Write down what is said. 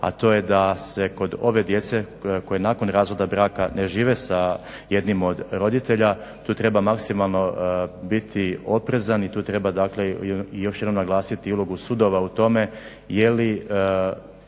a to je da se kod ove djece koja nakon razvoda braka ne žive sa jednim od roditelja tu treba maksimalno biti oprezan i tu treba dakle još jednom naglasiti i ulogu sudova u tome. Je li